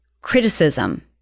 criticism